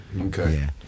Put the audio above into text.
Okay